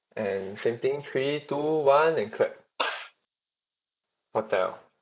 and same thing three two one and clap hotel